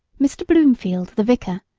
mr. blomefield, the vicar,